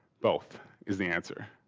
both is the answer.